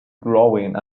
growing